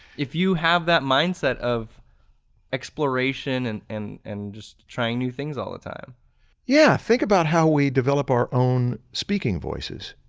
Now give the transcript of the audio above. if you have that mindset of exploration and and and just trying new things all the time. marshall yeah, think about how we develop our own speaking voices,